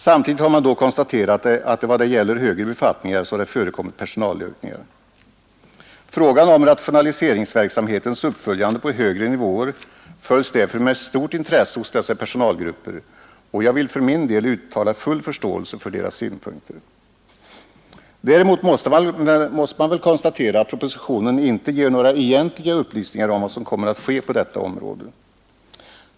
Samtidigt har man då konstaterat att det när det gäller högre befattningar förekommit personalökningar. Frågan om rationaliseringsverksamhetens uppföljande på högre nivåer följs därför med stort intresse hos dessa personalgrupper, och jag vill för min del uttala full förståelse för deras synpunkter. Däremot måste man väl konstatera att propositionen inte ger några egentliga upplysningar om vad som kommer att ske på detta område.